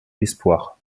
espoirs